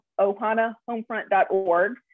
ohanahomefront.org